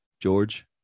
George